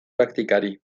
praktikari